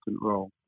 role